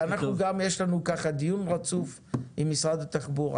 יש לנו דיון רצוף עם משרד התחבורה,